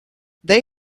they